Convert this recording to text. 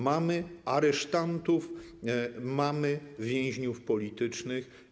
Mamy aresztantów, mamy więźniów politycznych.